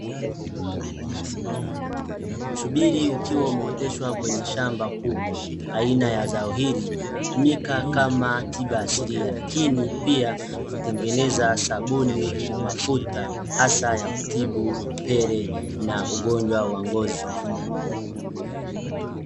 Mshubiri ukiwa umeoteshwa kwenye shamba kubwa. Aina ya zao hili hutumika kama tiba asilia lakini pia hutengeneza sabuni, mafuta hasa ya kutibu vipele na ugonjwa wa ngozi.